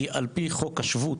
כי על-פי חוק השבות,